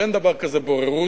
אין דבר כזה בוררות.